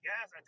yes